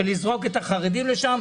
לזרוק את החרדים לשם,